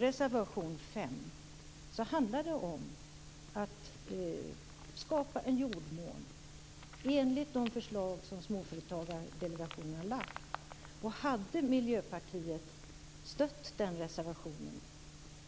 Reservation nr 5 handlar om att man skall skapa en jordmån enligt Småföretagsdelegationens förslag. Hade Miljöpartiet stött den reservationen